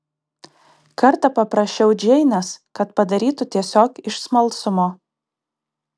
kartą paprašiau džeinės kad padarytų tiesiog iš smalsumo